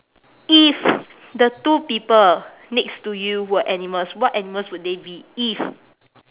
if the two people next to you were animals what animals would they be if